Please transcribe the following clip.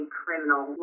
criminal